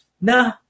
nah